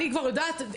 אני כבר יודעת,